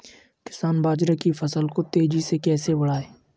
किसान बाजरे की फसल को तेजी से कैसे बढ़ाएँ?